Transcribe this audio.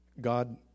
god